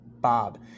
Bob